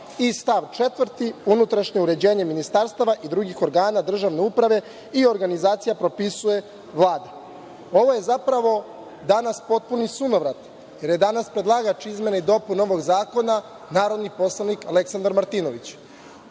i stav 4: „Unutrašnje uređenje ministarstava i drugih organa državne uprave i organizacija propisuje Vlada“.Ovo je, zapravo, danas potpuni sunovrat, jer je danas predlagač izmena i dopuna ovog zakona narodni poslanik Aleksandar Martinović.